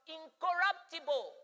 incorruptible